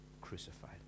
crucified